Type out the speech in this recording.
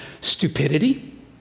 stupidity